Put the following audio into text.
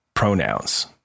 Pronouns